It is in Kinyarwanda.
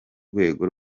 rwego